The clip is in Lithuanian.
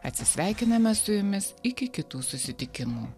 atsisveikiname su jumis iki kitų susitikimų